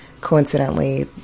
Coincidentally